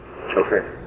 Okay